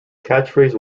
catchphrase